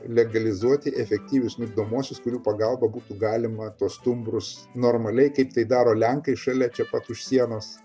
legalizuoti efektyvius migdomuosius kurių pagalba būtų galima tuos stumbrus normaliai kaip tai daro lenkai šalia čia pat už sienos